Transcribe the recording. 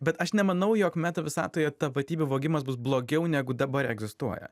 bet aš nemanau jog meta visatoje tapatybių vogimas bus blogiau negu dabar egzistuoja